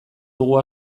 dugu